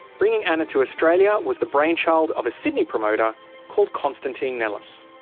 bringing anna to australia was the brainchild of a sydney promoter called constantine nellis.